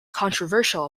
controversial